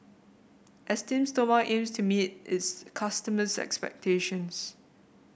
Esteem Stoma aims to meet its customers' expectations